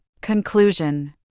Conclusion